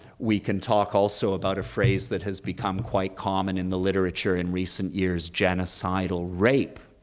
we can talk also about a phrase that has become quite common in the literature in recent years, genocidal rape,